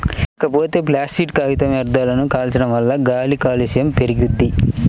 ఇకపోతే ప్లాసిట్ కాగితపు వ్యర్థాలను కాల్చడం వల్ల గాలి కాలుష్యం పెరుగుద్ది